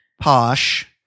posh